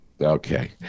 Okay